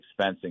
expensing